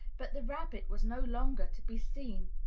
but the rabbit was no longer to be seen.